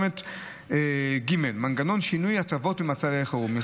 3. מנגנון שינוי הטבות במצבי חירום,